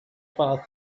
path